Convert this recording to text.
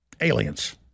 aliens